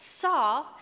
saw